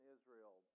Israel